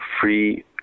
free